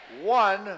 one